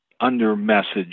under-message